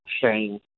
shame